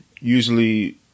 usually